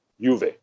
Juve